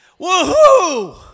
woohoo